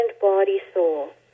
body-soul